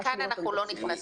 דווקא לכאן אנחנו לא נכנסים.